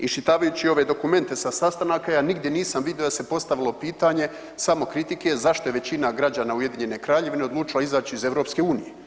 Iščitavajući ove dokumente sa sastanaka ja nigdje nisam vidio da se postavilo pitanje samo kritike zašto je većina građana Ujedinjene Kraljevine odlučila izaći iz EU.